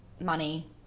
money